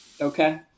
Okay